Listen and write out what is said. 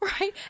Right